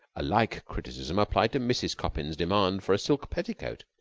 a like criticism applied to mrs. coppin's demand for a silk petticoat,